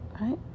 right